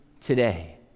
today